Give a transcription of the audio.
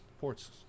ports